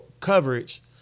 coverage